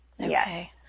Okay